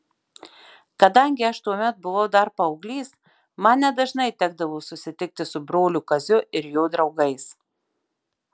kadangi aš tuomet buvau dar paauglys man nedažnai tekdavo susitikti su broliu kaziu ir jo draugais